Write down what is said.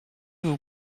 vous